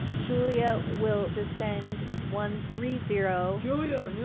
julia will descend one three zero. julia, yeah